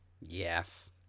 Yes